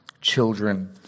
children